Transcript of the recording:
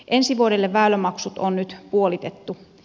ensi vuodelle väylämaksut on nyt puolitettu